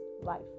life